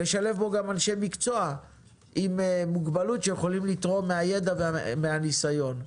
לשלב בו גם אנשי מקצוע עם מוגבלות שיכולים לתרום מן הידע ומן הניסיון.